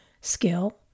skill